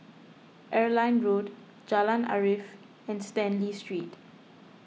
Airline Road Jalan Arif and Stanley Street